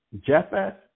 jephthah